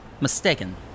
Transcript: mistaken